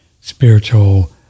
spiritual